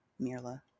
Mirla